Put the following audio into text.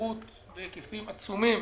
שכירות בהיקפים עצומים,